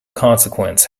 consequence